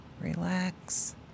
Relax